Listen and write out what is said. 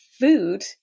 food